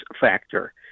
factor